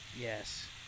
Yes